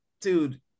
dude